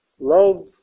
Love